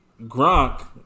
Gronk